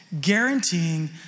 guaranteeing